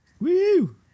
Woo